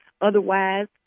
Otherwise